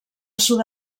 sud